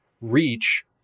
reach